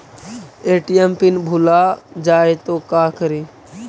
ATM pin भुला जाए तो का करी?